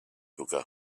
hookah